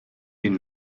den